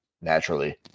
naturally